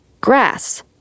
grass